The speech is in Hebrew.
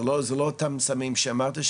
זה לא אותם סמים שאמרת,